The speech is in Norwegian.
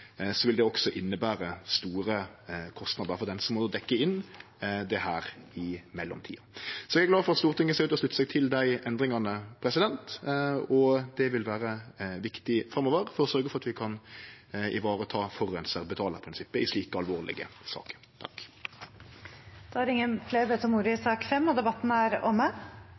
vil det også innebere store kostnadar for den som må dekkje inn dette i mellomtida. Eg er glad for at Stortinget ser ut til å slutte seg til dei endringane, og det vil vere viktig framover for å sørgje for at vi kan vareta forureinar betalar-prinsippet i slike alvorlege saker. Flere har ikke bedt om ordet til sak nr. 5. Etter ønske fra familie- og kulturkomiteen vil presidenten ordne debatten